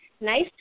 nice